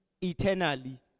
eternally